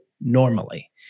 normally